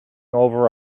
over